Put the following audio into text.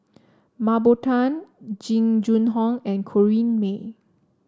Mah Bow Tan Jing Jun Hong and Corrinne May